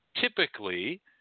typically